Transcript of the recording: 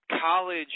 college